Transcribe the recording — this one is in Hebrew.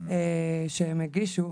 שהם הגישו,